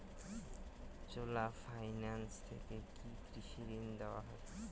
চোলা finance থেকে কি কৃষি ঋণ দেওয়া হয়?